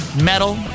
metal